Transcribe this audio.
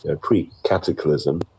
pre-cataclysm